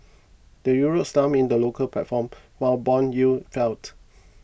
the Euro slumped in the local platform while bond yields felt